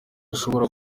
ushobora